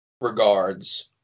Regards